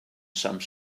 some